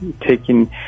taking